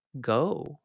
go